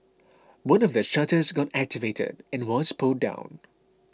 one of the shutters got activated and was pulled down